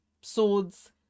swords